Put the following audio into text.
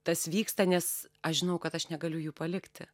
tas vyksta nes aš žinau kad aš negaliu jų palikti